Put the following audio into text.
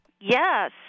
Yes